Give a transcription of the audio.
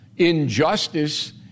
Injustice